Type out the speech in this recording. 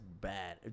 bad